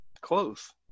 close